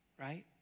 right